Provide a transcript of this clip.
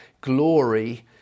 glory